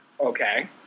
Okay